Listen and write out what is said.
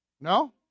No